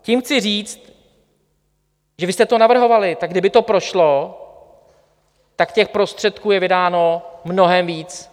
Tím chci říct, že vy jste to navrhovali, tak kdyby to prošlo, tak těch prostředků je vydáno mnohem víc.